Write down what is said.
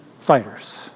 fighters